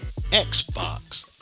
Xbox